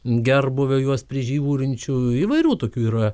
gerbūvio juos prižiūrinčių įvairių tokių yra